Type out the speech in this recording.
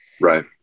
Right